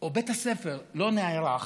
בית הספר לא נערך לשינוי,